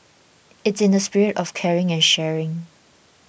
it's in the spirit of caring and sharing